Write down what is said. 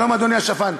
שלום, אדוני השפן.